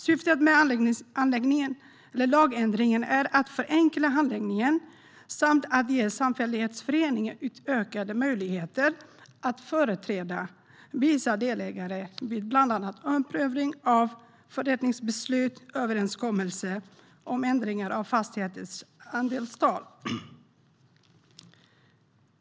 Syften med lagändringen är att förenkla handläggningen samt ge samfällighetsföreningar utökade möjligheter att företräda vissa delägare vid bland annat omprövning av förrättningsbeslut och överenskommelser om ändring av fastigheters andelstal.